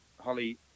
Holly